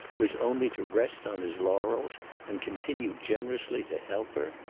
was only to rest on his laurels and continue generously to help her?